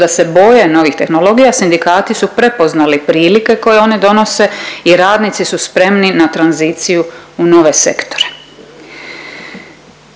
da se boje novih tehnologija sindikati su prepoznali prilike koje oni donose i radnici su spremni na tranziciju u nove sektore.